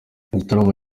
igitaramo